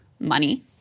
money